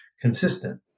consistent